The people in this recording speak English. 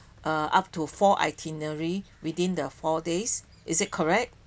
uh up to four itinerary within the four days is it correct